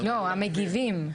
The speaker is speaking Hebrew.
לא, המגיבים.